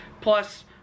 plus